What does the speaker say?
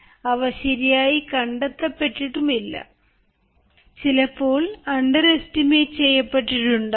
അവ ശരിയായി കണ്ടെത്തപ്പെട്ടിട്ടുമില്ല ചിലപ്പോൾ underestimate ചെയ്യപ്പെട്ടിട്ടുണ്ടാവാം